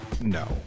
no